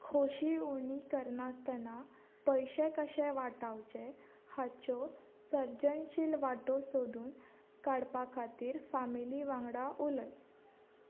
खोशी उणी करनास्तना पयशे कशे वाटावचे हाच्यो सर्जनशील वाटो सोदून काडपा खातीर फामिली वांगडा उलय